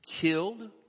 killed